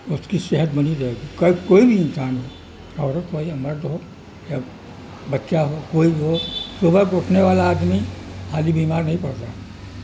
اس کی صحت بنی رہے گی کوئی بھی انسان ہو عورت ہو یا مرد ہو یا بچہ ہو کوئی بھی ہو صبح اٹھنے والا آدمی حالی بیمار نہیں پڑتا